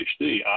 PhD